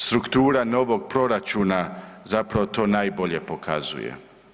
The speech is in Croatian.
Struktura novog proračuna zapravo to najbolje pokazuje.